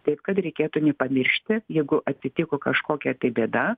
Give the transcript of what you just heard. taip kad reikėtų nepamiršti jeigu atsitiko kažkokia tai bėda